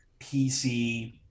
PC